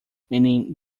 meaning